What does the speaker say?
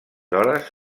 hores